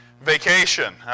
vacation